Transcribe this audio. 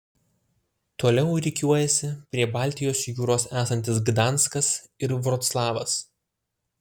toliau rikiuojasi prie baltijos jūros esantis gdanskas ir vroclavas